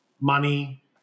money